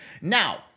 Now